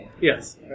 Yes